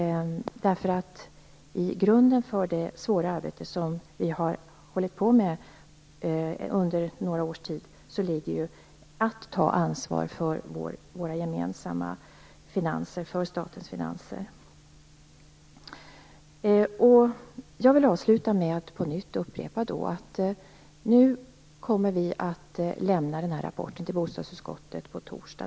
Till grund för det svåra arbete som vi har hållit på med under några års tid ligger ju att ta ansvar för våra gemensamma finanser, för statens finanser. Jag vill avsluta med att upprepa detta: På torsdag kommer vi att lämna den här rapporten till bostadsutskottet.